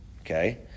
okay